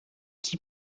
qui